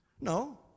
No